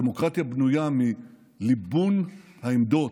הדמוקרטיה בנויה מליבון העמדות,